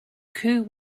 coup